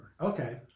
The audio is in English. Okay